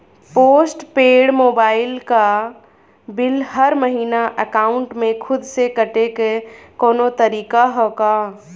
Post paid mobile क bill हर महिना एकाउंट से खुद से कटे क कौनो तरीका ह का?